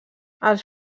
els